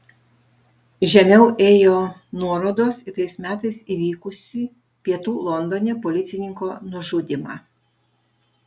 žemiau ėjo nuorodos į tais metais įvykusį pietų londone policininko nužudymą